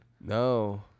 No